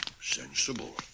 sensible